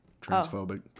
Transphobic